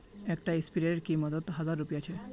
एक टा स्पीयर रे कीमत त हजार रुपया छे